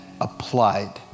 applied